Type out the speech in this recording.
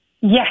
Yes